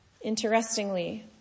Interestingly